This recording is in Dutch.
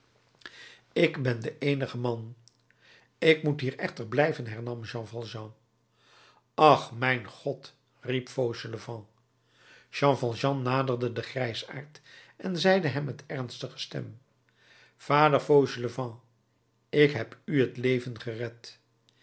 ik ben de eenige man ik moet hier echter blijven hernam jean valjean ach mijn god riep fauchelevent jean valjean naderde den grijsaard en zeide hem met ernstige stem vader fauchelevent ik heb u t leven gered